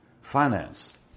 finance